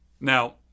Now